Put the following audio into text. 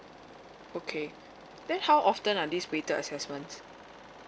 okay then how often are this weighted assessments